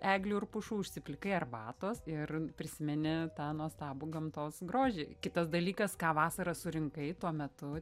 eglių ar pušų užsiplikai arbatos ir prisimeni tą nuostabų gamtos grožį kitas dalykas ką vasarą surinkai tuo metu